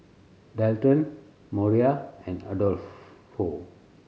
Dalton Moriah and Adolfo